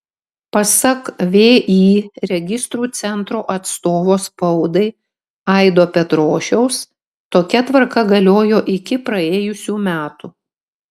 pasak vį registrų centro atstovo spaudai aido petrošiaus tokia tvarka galiojo iki praėjusių metų